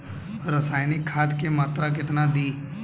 रसायनिक खाद के मात्रा केतना दी?